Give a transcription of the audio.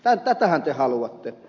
tätähän te haluatte